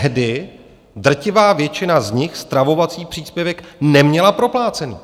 Tehdy drtivá většina z nich stravovací příspěvek neměla proplacený.